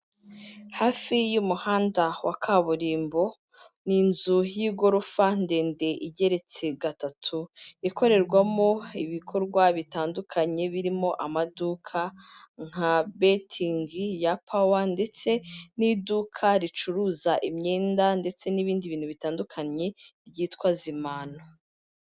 Hafi y'umuhanda wa kaburimbo, ni inzu y'igorofa ndende igeretse gatatu, ikorerwamo ibikorwa bitandukanye birimo amaduka nka betting ya power, ndetse n'iduka ricuruza imyenda, ndetse n'ibindi bintu bitandukanye byitwa zimano.